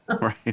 Right